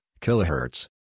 kilohertz